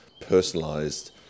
personalized